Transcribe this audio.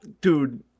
Dude